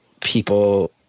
people